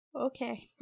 Okay